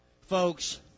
Folks